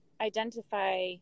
identify